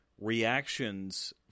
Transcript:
reactions